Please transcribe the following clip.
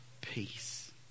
peace